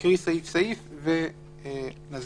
אקרא סעיף-סעיף ונסביר.